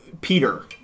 Peter